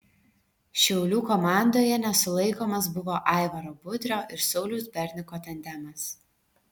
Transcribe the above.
šiaulių komandoje nesulaikomas buvo aivaro budrio ir sauliaus berniko tandemas